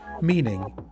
meaning